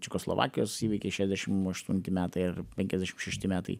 čekoslovakijos įvykiai šedešim aštunti metai ir penkiasdešim šešti metai